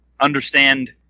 understand